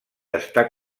està